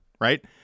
right